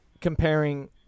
comparing